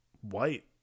white